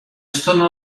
estona